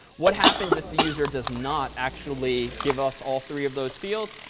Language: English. what happens if the user does not actually give us all three of those fields?